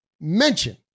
mention